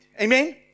Amen